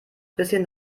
bisschen